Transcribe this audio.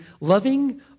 loving